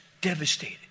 devastated